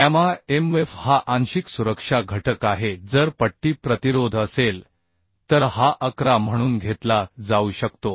gamma mf हा आंशिक सुरक्षा घटक आहे जर पट्टी प्रतिरोध असेल तर हा 11 म्हणून घेतला जाऊ शकतो